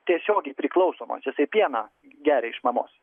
tiesiogiai priklausomas jisai pieną geria iš mamos